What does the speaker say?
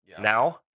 Now